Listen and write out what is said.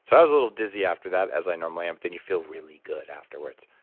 so i was a little dizzy after that, as i normally am, then you feel really good afterwards.